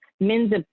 men's